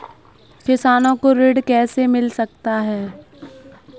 किसानों को ऋण कैसे मिल सकता है?